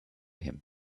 him